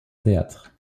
théâtre